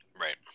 Right